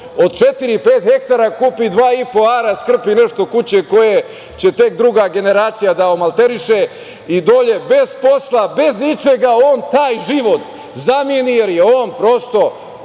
pet hektara, kupi dva i po ara, skrpi nešto kuće koje će tek druga generacija da omalteriše i dole bez posla, bez ičega on taj život zameni, jer je on prosto